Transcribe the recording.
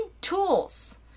tools